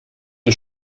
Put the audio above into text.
ihr